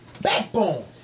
backbone